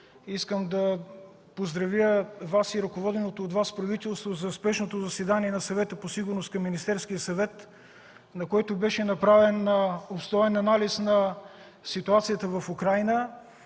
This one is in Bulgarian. искам да поздравя Вас и ръководеното от Вас правителство за спешното заседание на Съвета по сигурността към Министерския съвет, на което беше направен обстоен анализ на ситуацията в Украйна.